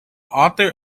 author